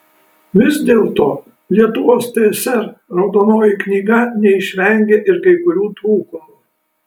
vis dėlto lietuvos tsr raudonoji knyga neišvengė ir kai kurių trūkumų